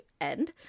end